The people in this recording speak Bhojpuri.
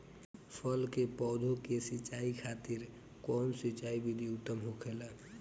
फल के पौधो के सिंचाई खातिर कउन सिंचाई विधि उत्तम होखेला?